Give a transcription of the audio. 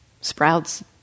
sprouts